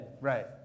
Right